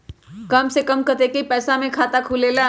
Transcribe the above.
कम से कम कतेइक पैसा में खाता खुलेला?